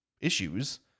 issues